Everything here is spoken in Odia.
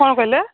କ'ଣ କହିଲେ